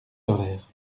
horaires